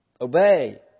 Obey